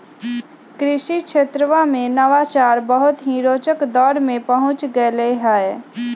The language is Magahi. कृषि क्षेत्रवा में नवाचार बहुत ही रोचक दौर में पहुंच गैले है